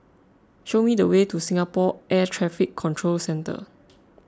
show me the way to Singapore Air Traffic Control Centre